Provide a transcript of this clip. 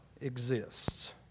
exists